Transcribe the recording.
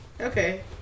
Okay